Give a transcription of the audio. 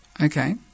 Okay